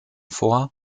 vor